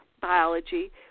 biology